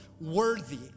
worthy